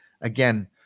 again